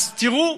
תראו,